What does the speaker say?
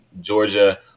Georgia